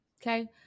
Okay